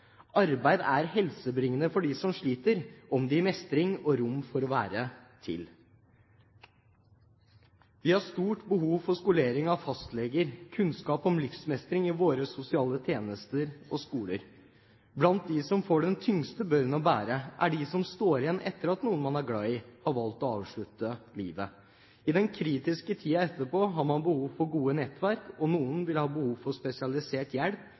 er helsebringende for dem som sliter, om det gir mestring og rom for å være til. Vi har stort behov for skolering av fastleger, for kunnskap om livsmestring i våre sosiale tjenester og i skoler. Blant dem som får den tyngste børen å bære, er de som står igjen etter at noen man er glad i, har valgt å avslutte livet. I den kritiske tiden etterpå har man behov for gode nettverk, og noen vil ha behov for spesialisert hjelp